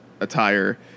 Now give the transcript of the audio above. attire